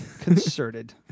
concerted